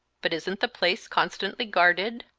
but isn't the place constantly guarded?